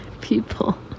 people